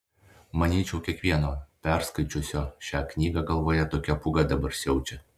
manyčiau kiekvieno perskaičiusio šią knygą galvoje tokia pūga dabar siaučia